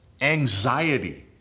anxiety